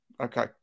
Okay